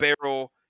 barrel